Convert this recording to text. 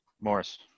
Morris